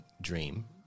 dream